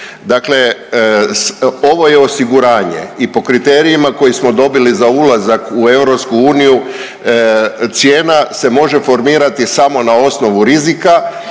Dakle ovo je osiguranje i po kriterijima koji smo dobili za ulazak u EU, cijena se može formirati samo na osnovu rizika